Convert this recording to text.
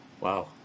Wow